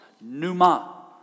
Numa